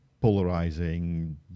polarizing